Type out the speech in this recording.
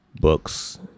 Books